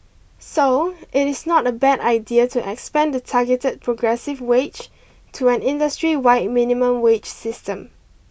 so it is not a bad idea to expand the targeted progressive wage to an industry wide minimum wage system